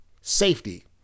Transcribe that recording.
safety